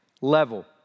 level